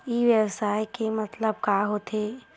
ई व्यवसाय के मतलब का होथे?